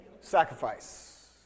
Sacrifice